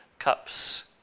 cups